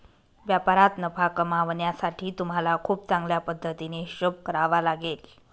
व्यापारात नफा कमावण्यासाठी तुम्हाला खूप चांगल्या पद्धतीने हिशोब करावा लागेल